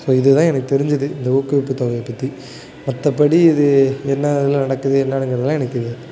so இதுதான் எனக்கு தெரிஞ்சது இந்த ஊக்குவிப்பு தொகையப்பற்றி மற்ற படி இது என்ன இதில் நடக்குது என்னானுங்குகிறதெல்லாம் எனக்கு தெரியாது